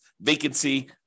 vacancy